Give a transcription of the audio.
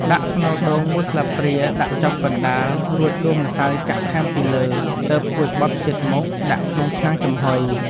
ដាក់ស្នូលដូង មួយស្លាបព្រា ដាក់ចំកណ្តាល រួចដួសម្សៅចាក់ថែមពីលើ ទើបគួចបត់ភ្ជិតមុខ ដាក់ក្នុងឆ្នាំងចំហុយ។